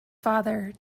father